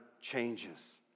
changes